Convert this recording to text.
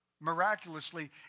miraculously